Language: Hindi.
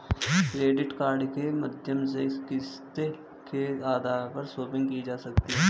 क्रेडिट कार्ड के माध्यम से किस्तों के आधार पर शापिंग की जा सकती है